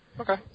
Okay